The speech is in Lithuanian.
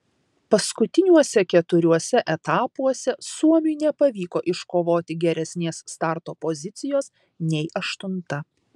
paskutiniuose keturiuose etapuose suomiui nepavyko iškovoti geresnės starto pozicijos nei aštunta